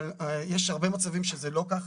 אבל יש הרבה מצבים שזה לא כך.